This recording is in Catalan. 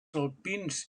alpins